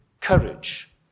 courage